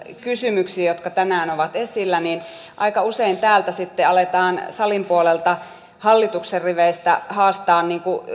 kysymyksiin jotka tänään ovat esillä niin aika usein täältä sitten aletaan salin puolelta hallituksen riveistä haastamaan